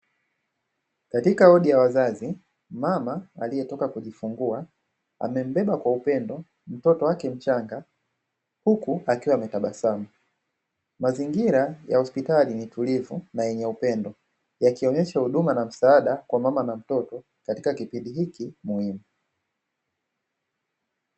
Katika wodi ya wazazi, mama aliyetoka kujifungua, amembeba kwa upendo mtoto wake mchanga, huku akiwa anatabasamu. Mazingira ya hospitali ni ya utulivu na yenye upendo, yakionyesha huduma na msaada kwa mama na mtoto katika kipindi hiki muhimu.